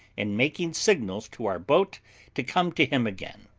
and making signals to our boat to come to him again.